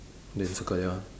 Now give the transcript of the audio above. then circle ya